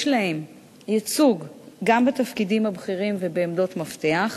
יש להם ייצוג גם בתפקידים הבכירים ובעמדות מפתח.